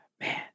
man